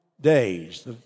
days